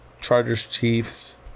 Chargers-Chiefs